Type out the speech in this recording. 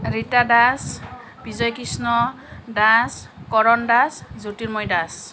Rita Das Bijoy Krishna Das Karan Das Jyotirmoy Das